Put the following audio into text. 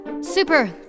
Super